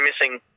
missing